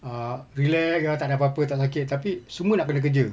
uh rilek uh tak ada apa apa tak sakit tapi semua nak kena kerja